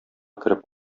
кереп